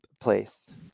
place